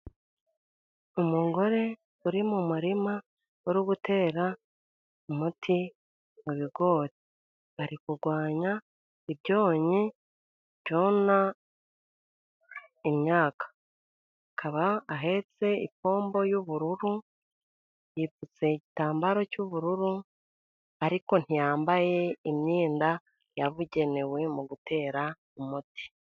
Umugore uri mu murima uri gutera umuti mu gori. Bari kurwanya ibyonnyi byona imyaka. Akaba ahetse ipombo y'ubururu yipfutse igitambaro cy'ubururu ariko ntiyambaye imyenda yabugenewe mu gutera umuti